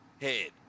head